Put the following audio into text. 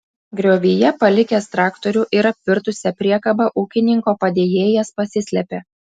griovyje palikęs traktorių ir apvirtusią priekabą ūkininko padėjėjas pasislėpė